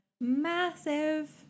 massive